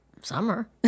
summer